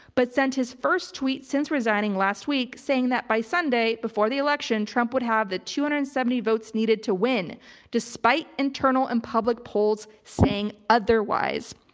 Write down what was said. but sent his first tweet since resigning last week saying that by sunday before the election, trump would have the two hundred and seventy votes needed to win despite internal and public polls saying otherwise.